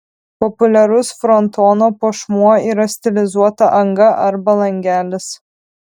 populiarus frontono puošmuo yra stilizuota anga arba langelis